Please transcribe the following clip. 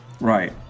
Right